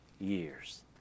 years